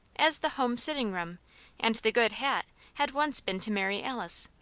as the home sitting-room and the good hat had once been to mary alice.